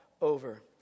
over